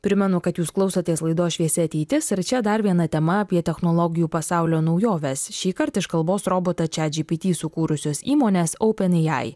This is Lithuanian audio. primenu kad jūs klausotės laidos šviesi ateitis ir čia dar viena tema apie technologijų pasaulio naujoves šįkart iš kalbos robotą chatgpt sukūrusios įmonės openai